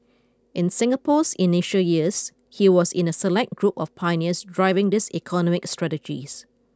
in Singapore's initial years he was in a select group of pioneers driving this economic strategies